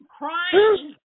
crying